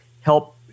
help